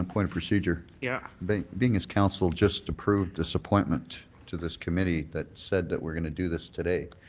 um point of procedure. yeah but being as council just approved this appointment to this committee that said that we're going to do this today,